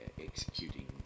executing